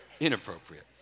Inappropriate